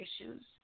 issues